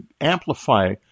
amplify